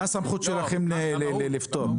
מה הסמכות שלכם לפטור?